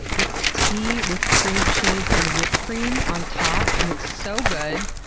it's tea with cream cheese and whipped cream on top, and it's so good!